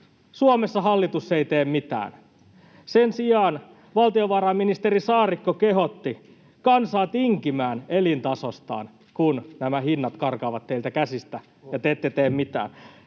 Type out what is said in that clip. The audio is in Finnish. Suomessa hallitus ei tee mitään. Sen sijaan valtiovarainministeri Saarikko kehotti kansaa tinkimään elintasostaan, kun nämä hinnat karkaavat teiltä käsistä ja te ette tee mitään.